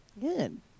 Good